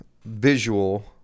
visual